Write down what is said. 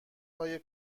های